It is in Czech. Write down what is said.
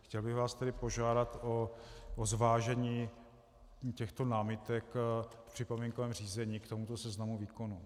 Chtěl bych vás tedy požádat o zvážení těchto námitek v připomínkovém řízení k tomuto seznamu výkonů.